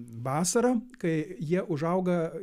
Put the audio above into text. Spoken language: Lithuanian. vasarą kai jie užauga